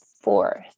fourth